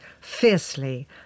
fiercely